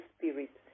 Spirit